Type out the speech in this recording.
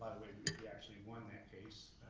we actually won that case,